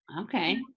Okay